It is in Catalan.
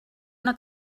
una